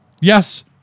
Yes